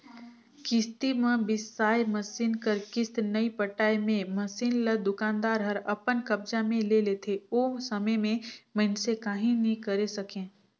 किस्ती म बिसाए मसीन कर किस्त नइ पटाए मे मसीन ल दुकानदार हर अपन कब्जा मे ले लेथे ओ समे में मइनसे काहीं नी करे सकें